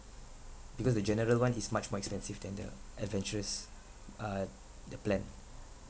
because the general one is much more expensive than the adventurous uh the plan